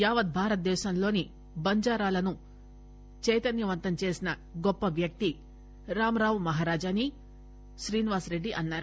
యావత్ భారత దేశంలోని బంజారాలను చైతన్యవంతం చేసిన గొప్ప వ్యక్తి రామ్ రావు మహరాజ్ అని శ్రీనివాస రెడ్డి అన్నారు